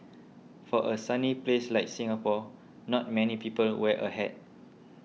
for a sunny place like Singapore not many people wear a hat